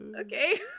Okay